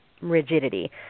rigidity